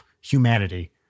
humanity